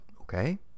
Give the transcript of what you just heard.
Okay